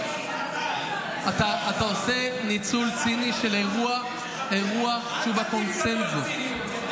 אתה עושה ניצול ציני של אירוע שהוא בקונסנזוס.